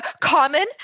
Common